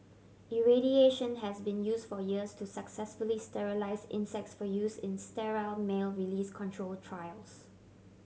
irradiation has been use for years to successfully sterilise insects for use in sterile male release control trials